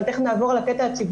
אבל תיכף נעבור לציבורי,